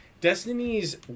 Destiny's